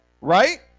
Right